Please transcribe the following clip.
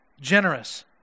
generous